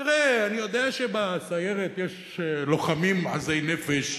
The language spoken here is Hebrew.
תראה, אני יודע שבסיירת יש לוחמים עזי נפש,